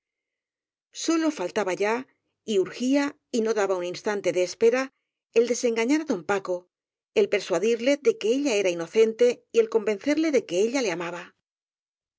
sólo faltaba ya y urgía y no daba un instante de espera el desengañar á don paco el persuadirle de que ella era inocente y el convencerle de que ella le amaba ya